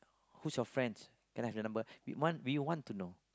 which of friends can I have the number we want we want to know